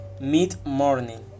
mid-morning